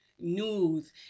news